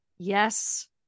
Yes